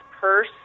purse